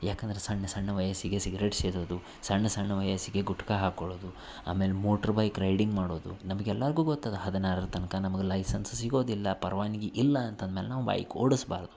ಯಾಕಂದ್ರೆ ಸಣ್ಣ ಸಣ್ಣ ವಯಸ್ಸಿಗೆ ಸಿಗ್ರೇಟ್ ಸೇದೋದು ಸಣ್ಣ ಸಣ್ಣ ವಯಸ್ಸಿಗೆ ಗುಟ್ಕಾ ಹಾಕೊಳ್ಳೋದು ಆಮೇಲೆ ಮೋಟ್ರ್ಬೈಕ್ ರೈಡಿಂಗ್ ಮಾಡೋದು ನಮ್ಗೆ ಎಲ್ಲರ್ಗೂ ಗೊತ್ತದ ಹದಿನಾರರ ತನಕ ನಮ್ಗೆ ಲೈಸನ್ಸ್ ಸಿಗೋದಿಲ್ಲ ಪರವಾನ್ಗಿ ಇಲ್ಲ ಅಂತಂದ ಮ್ಯಾಲೆ ನಾವು ಬೈಕ್ ಓಡಿಸ್ಬಾರ್ದು